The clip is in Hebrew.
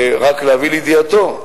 ורק להביא לידיעתו,